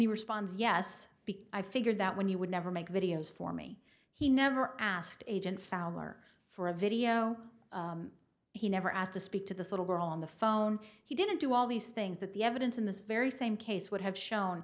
he responds yes i figured that when he would never make videos for me he never asked agent fowler for a video he never asked to speak to the little girl on the phone he didn't do all these things that the evidence in this very same case would have shown